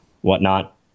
whatnot